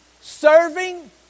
serving